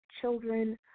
children